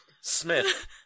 Smith